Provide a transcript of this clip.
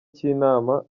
cy’inama